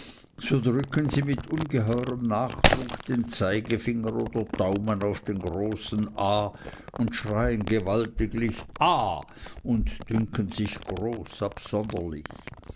so drücken sie mit ungeheurem nachdruck den zeigefinger oder daumen auf den großen a und schreien gewaltiglich a und dünken sich groß absonderlich